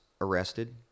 arrested